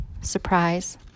surprise